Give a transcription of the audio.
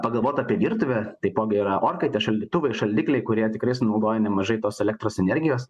pagalvot apie virtuvę taipogi yra orkaitės šaldytuvai šaldikliai kurie tikrai sunaudoja nemažai tos elektros energijos